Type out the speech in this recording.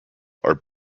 are